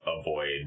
avoid